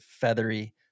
feathery